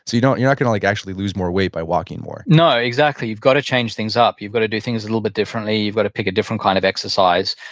so you know you're not going to like actually lose more weight by walking more no. exactly. you've got to change things up. you've got to do things a little bit differently. you've got but to pick a different kind of exercise.